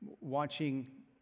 watching